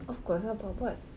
of course ah buat-buat